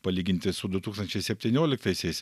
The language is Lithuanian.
palyginti su du tūkstančiai septynioliktaisiais